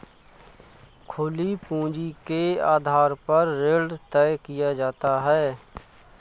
खुली पूंजी के आधार पर ऋण तय किया जाता है